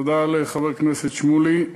תודה לחבר הכנסת שמולי.